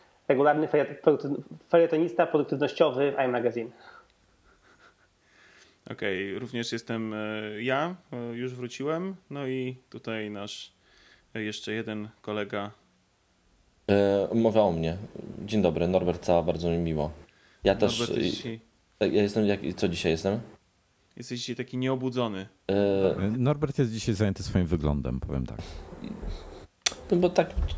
Regularny feriato- produktyw- felietonista produktywnościowy w iMagazine. Okej, również jestem, e, ja. E, już wróciłem. No i tutaj nasz, e, jeszcze jeden kolega. E, mowa o mnie. Dzień dobry, Norbert Cała, bardzo mi miło. Ja też, Norbert, jesteś e, dzisiaj- ja jestem jak- co dzisiaj jestem? Jesteś dzisiaj taki nieobudzony. E, E, Norbert jest dzisiaj zajęty swoim wyglądem, powiem tak. No bo tak-